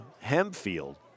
Hempfield